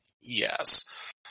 Yes